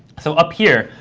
so up here,